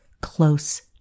close